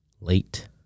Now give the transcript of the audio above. late